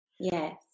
Yes